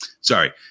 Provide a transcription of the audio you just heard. sorry